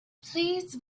please